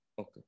Okay